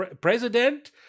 president